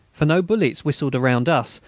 for no bullets whistled around us,